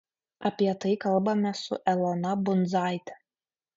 apie tai kalbamės su elona bundzaite